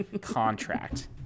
contract